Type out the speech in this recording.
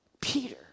Peter